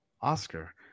Oscar